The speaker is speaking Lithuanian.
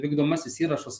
vykdomasis įrašas